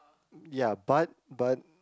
ya but but